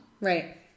Right